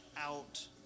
out